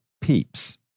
peeps